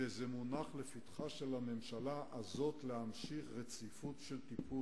וזה מונח לפתחה של הממשלה הזאת להמשיך רציפות של טיפול.